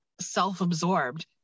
self-absorbed